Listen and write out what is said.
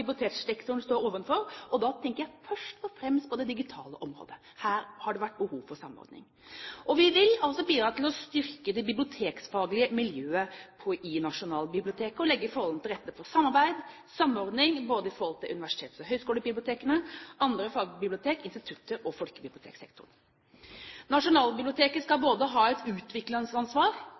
biblioteksektoren står overfor, og da tenker jeg først og fremst på det digitale området. Her har det vært behov for samordning. Vi vil altså bidra til å styrke det bibliotekfaglige miljøet i Nasjonalbiblioteket og legge forholdene til rette for samarbeid, samordning, både i forhold til universitets- og høyskolebibliotekene, andre fagbibliotek, institutter og folkebiblioteksektoren. Nasjonalbiblioteket skal både ha et utviklingsansvar